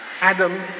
Adam